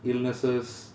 illnesses